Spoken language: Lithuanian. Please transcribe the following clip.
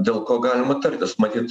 dėl ko galima tartis matyt